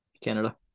Canada